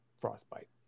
frostbite